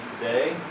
today